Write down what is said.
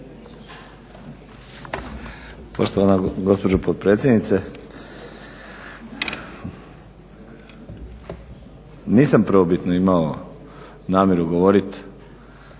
Poštovana gospođo potpredsjednice, nisam prvobitno imao namjeru govorit